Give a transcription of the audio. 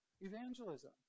evangelism